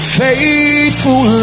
faithful